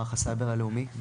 מערך הסייבר הלאומי.